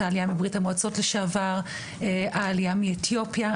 העלייה מברית המועצות לשעבר, העלייה מאתיופיה.